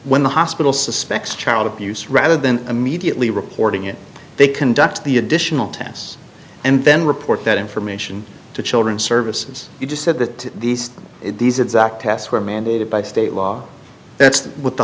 when the hospital suspects child abuse rather than immediately reporting it they conduct the additional tests and then report that information to children's services you just said that these these exact tests were mandated by state law that's what the